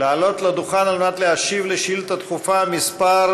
לעלות לדוכן על מנת להשיב על שאילתה דחופה מס'